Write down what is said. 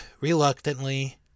reluctantly